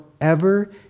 forever